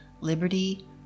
Liberty